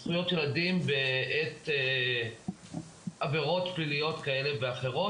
זכויות ילדים בעת עבירות פליליות כאלה ואחרות.